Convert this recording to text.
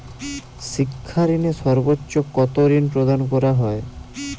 শিক্ষা ঋণে সর্বোচ্চ কতো ঋণ প্রদান করা হয়?